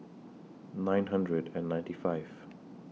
nine hundred and ninety five